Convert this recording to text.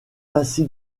ainsi